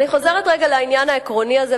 אני חוזרת רגע לעניין העקרוני הזה,